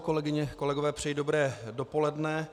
Kolegyně a kolegové, přeji dobré dopoledne.